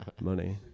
money